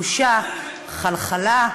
בושה, חלחלה,